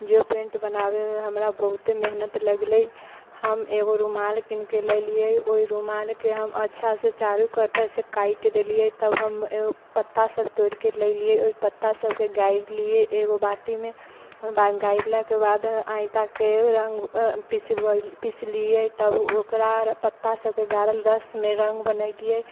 जो पेन्ट बनाबैमे हमरा बहुते मेहनत लगले हम एगो रुमाल कीनिके लैलिए ओहि रुमालके हम अच्छासँ चारू कातसँ काटि देलिए तब हम पत्ता सब तोड़िके लैलिए पत्ता सबके गाड़लिए एगो बाटीमे गाड़लाके बाद आटाके रङ्ग पिसलिए तब ओकरा आओर पत्ता सबके गाड़ल रसमे रङ्गि बनेलिए